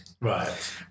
Right